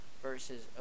versus